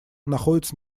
находится